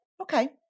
Okay